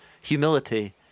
humility